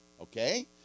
okay